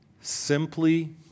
Simply